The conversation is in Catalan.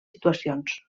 situacions